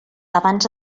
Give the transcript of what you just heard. abans